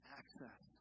access